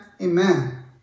Amen